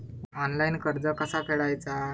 Online कर्ज कसा फेडायचा?